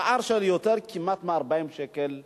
פער של כמעט 40 שקל ליום.